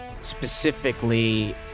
specifically